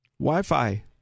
Wi-Fi